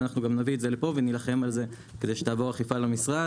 אנחנו גם נביא את זה לפה ונילחם על זה כדי שתעבור אכיפה למשרד.